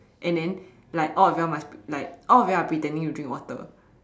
and then like all of you all must like of you all are pretending to drink water